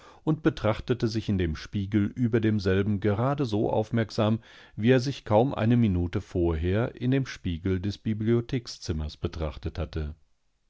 und betrachtete sich in dem spiegel über demselben gerade so aufmerksam wie er sich kaum eine minute vorher in dem spiegeldesbibliothekszimmersbetrachtethatte diesistdaswestlichegesellschaftszimmer